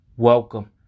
welcome